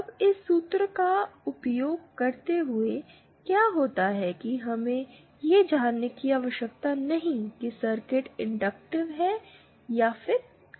अब इस सूत्र का उपयोग करते हुए क्या होता है हमें यह जानने की आवश्यकता नहीं है कि सर्किट इंडक्टिव है या कैपेसिटिव है